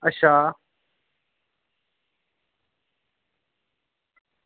अच्छा